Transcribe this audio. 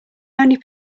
only